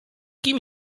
kim